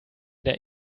der